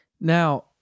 Now